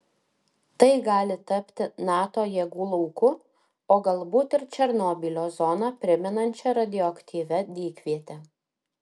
tai gali tapti nato jėgų lauku o galbūt ir černobylio zoną primenančia radioaktyvia dykviete